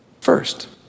First